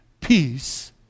peace